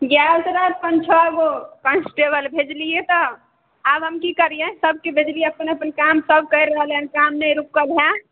गेल तऽ रहऽ पाँच छओगो कांस्टेबल भेजलियै तऽ आब हम की करियै सभके भेजलियै अपन अपन काम सभ काम रहलै हँ काम नहि रुकल हय